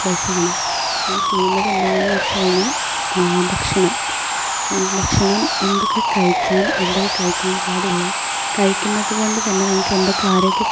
കോഴ്സാണ് ഞാൻ ചെയ്യുന്നത് എന്താണെന്ന് വെച്ചുകഴിഞ്ഞാൽ ഭക്ഷണം ഭക്ഷണം എന്തൊക്കെ കഴിക്കാം എന്തൊക്കെ കഴിക്കാൻ പാടില്ല കഴിക്കുന്നതുകൊണ്ട് തന്നെ നമുക്ക് എന്തൊക്കെ ആരോഗ്യം